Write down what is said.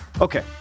Okay